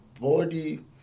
body